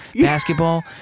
basketball